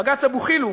בג"ץ אבו חילו,